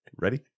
ready